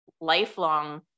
lifelong